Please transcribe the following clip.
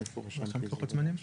איפה רשמתי את זה עכשיו.